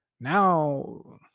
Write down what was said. Now